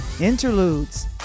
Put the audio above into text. Interludes